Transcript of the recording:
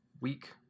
week